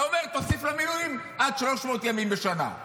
אתה אומר: תוסיף למילואים עד 300 ימים בשנה.